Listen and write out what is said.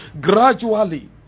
Gradually